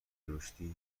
رشدی